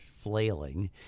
flailing